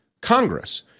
Congress